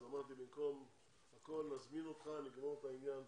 אז אמרתי שנזמין אותך ונגמור את העניין,